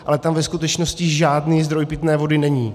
Ale tam ve skutečnosti žádný zdroj pitné vody není.